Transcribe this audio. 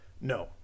No